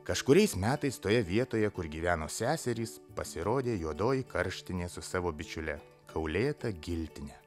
kažkuriais metais toje vietoje kur gyveno seserys pasirodė juodoji karštinė su savo bičiule kaulėta giltinė